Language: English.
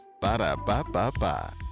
Ba-da-ba-ba-ba